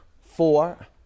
four